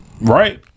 Right